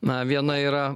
na viena yra